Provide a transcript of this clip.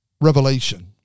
revelation